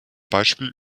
beispiel